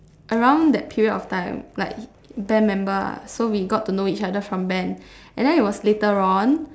around that period of time like band member lah so we got to know each other from band and then it was later on